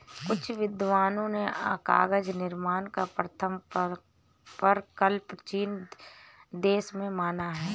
कुछ विद्वानों ने कागज निर्माण का प्रथम प्रकल्प चीन देश में माना है